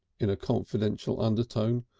in a confidential undertone.